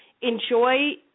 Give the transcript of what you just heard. enjoy